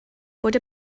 bod